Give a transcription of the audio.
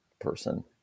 person